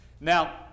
Now